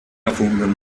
erfunden